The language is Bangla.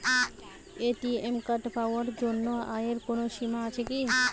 এ.টি.এম কার্ড পাওয়ার জন্য আয়ের কোনো সীমা আছে কি?